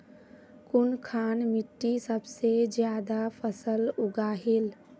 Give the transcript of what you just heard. कुनखान मिट्टी सबसे ज्यादा फसल उगहिल?